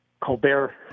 Colbert